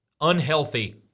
unhealthy